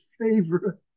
favorite